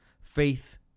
Faith